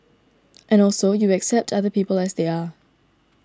and also you accept other people as they are